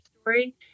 story